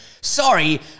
Sorry